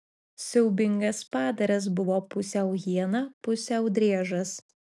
siaubingas padaras buvo pusiau hiena pusiau driežas